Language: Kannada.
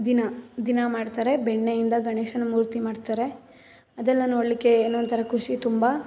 ದಿನಾ ದಿನಾ ಮಾಡ್ತಾರೆ ಬೆಣ್ಣೆಯಿಂದ ಗಣೇಶನ ಮೂರ್ತಿ ಮಾಡ್ತಾರೆ ಅದೆಲ್ಲ ನೋಡಲಿಕ್ಕೆ ಏನೋ ಒಂಥರ ಖುಷಿ ತುಂಬ